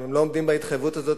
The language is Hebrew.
אם הם לא עומדים בהתחייבות הזאת,